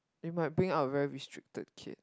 we might bring up a very restricted kid